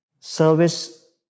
service